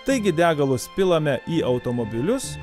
taigi degalus pilame į automobilius